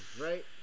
Right